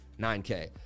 9K